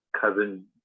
cousin